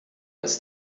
ist